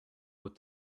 with